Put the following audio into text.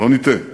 שלא נטעה,